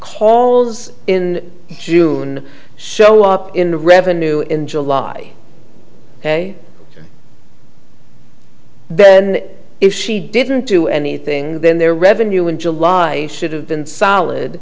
calls in june show up in the revenue in july then if she didn't do anything then their revenue in july should have been solid